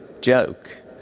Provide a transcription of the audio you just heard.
joke